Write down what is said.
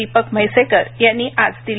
दीपक म्हैसेकर यांनी आज दिली